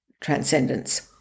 transcendence